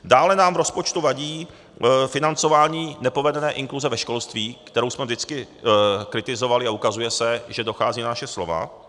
Dále nám v rozpočtu vadí financování nepovedené inkluze ve školství, kterou jsme vždycky kritizovali, a ukazuje se, že dochází na naše slova.